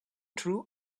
true